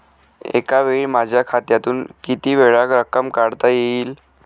एकावेळी माझ्या खात्यातून कितीवेळा रक्कम काढता येईल?